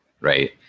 right